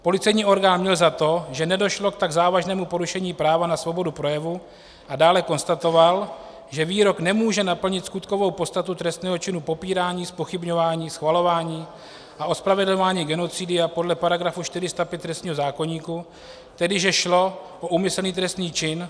Policejní orgán měl za to, že nedošlo k tak závažnému porušení práva na svobodu projevu, a dále konstatoval, že výrok nemůže naplnit skutkovou podstatu trestného činu popírání, zpochybňování, schvalování a ospravedlňování genocidy podle § 405 trestního zákoníku, tedy že šlo o úmyslný trestný čin.